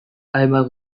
hainbat